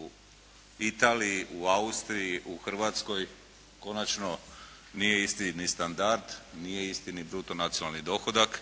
u Italiji, u Austriji, u Hrvatskoj, konačno nije isti ni standard, nije isti ni bruto nacionalni dohodak,